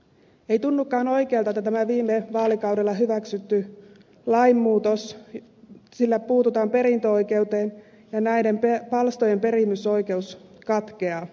ei tunnukaan oikealta että tällä viime vaalikaudella hyväksytyllä lainmuutoksella puututaan perintöoikeuteen ja näiden palstojen perimysoikeus katkeaa